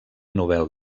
nobel